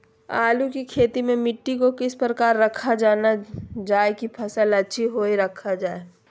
आलू की खेती में मिट्टी को किस प्रकार रखा रखा जाए की फसल अच्छी होई रखा जाए?